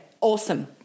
Awesome